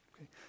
Okay